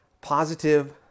Positive